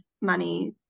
money